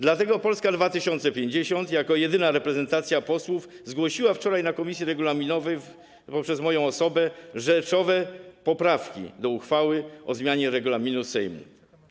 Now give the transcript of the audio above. Dlatego Polska 2050, jako jedyna reprezentacja posłów, zgłosiła wczoraj na posiedzeniu komisji regulaminowej poprzez moją osobę rzeczowe poprawki do uchwały o zmianie regulaminu Sejmu.